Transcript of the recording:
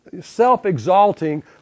self-exalting